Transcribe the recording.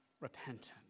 repentance